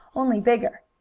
only bigger.